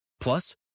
Plus